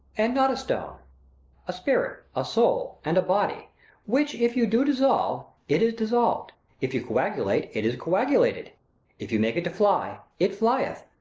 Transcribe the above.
and not a stone a spirit, a soul, and a body which if you do dissolve, it is dissolved if you coagulate, it is coagulated if you make it to fly, it flieth.